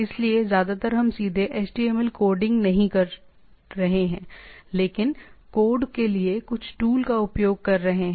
इसलिए ज्यादातर हम सीधे HTML कोडिंग नहीं कर रहे हैं लेकिन कोड के लिए कुछ टूल का उपयोग कर रहे हैं